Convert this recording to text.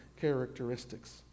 characteristics